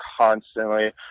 constantly